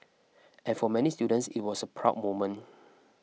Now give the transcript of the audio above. and for many students it was a proud moment